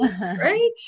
Right